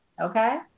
Okay